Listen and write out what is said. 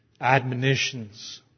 admonitions